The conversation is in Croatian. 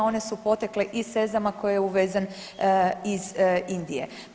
One su potekle iz sezama koji je uvezen iz Indije.